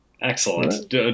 excellent